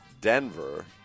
Denver